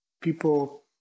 People